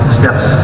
steps